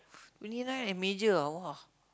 twenty nine and major ah !wah!